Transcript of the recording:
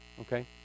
okay